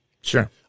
Sure